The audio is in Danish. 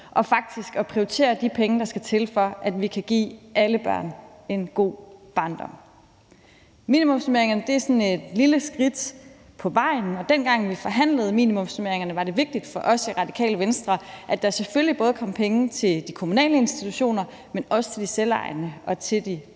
og faktisk prioritere de penge, der skal til, for at vi kan give alle børn en god barndom. Minimumsnormeringerne er sådan et lille skridt på vejen, og dengang, vi forhandlede minimumsnormeringerne, var det vigtigt for os i Radikale Venstre, at der selvfølgelig både kom penge til de kommunale institutioner, men også til de selvejende og til de private.